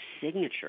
signature